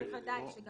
בוודאי שגם,